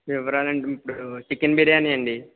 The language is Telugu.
వివరాలు అంటే ఇప్పుడు చికెన్ బిర్యానీ అండి